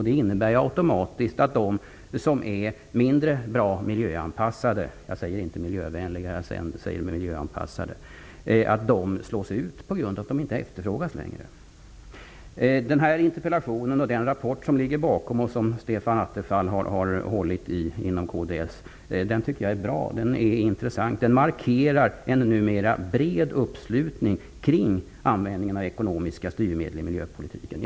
Det innebär automatiskt att de som är mindre väl miljöanpassade -- jag säger inte miljövänliga -- slås ut på grund av att de inte längre efterfrågas. Den här interpellationen och den rapport som ligger bakom den och som Stefan Attefall inom kds har hållit i tycker jag är bra och intressant. Den markerar en, numera, bred uppslutning kring användningen av ekonomiska styrmedel i miljöpolitiken.